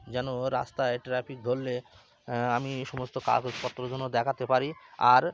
যেন রাস্তায় ট্রাফিক ধরলে আমি সমস্ত কাগজপত্র যেন দেখাতে পারি আর